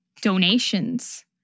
donations